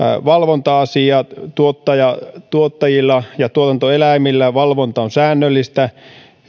valvonta asiat tuottajilla ja tuotantoeläimillä valvonta on säännöllistä